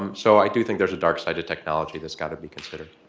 um so i do think there's a dark side to technology that's got to be considered.